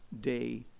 day